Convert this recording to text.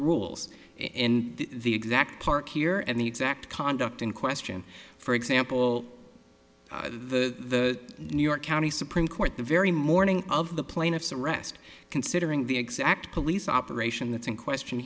rules in the exact park here and the exact conduct in question for example the new york county supreme court the very morning of the plaintiff's arrest considering the exact police operation that's in question